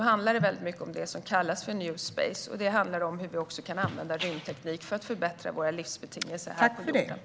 Det handlar nu väldigt mycket om det som kallas för New Space och hur vi kan använda rymdteknik för att förbättra våra livsbetingelser här på jorden.